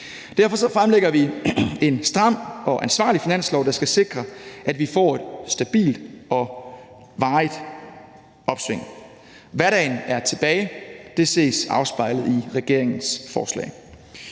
Derfor fremlægger vi en stram og ansvarlig finanslov, der skal sikre, at vi får et stabilt og varigt opsving. Hverdagen er tilbage – det ses afspejlet i regeringens forslag.